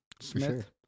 Smith